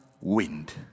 wind